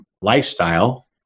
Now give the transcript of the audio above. lifestyle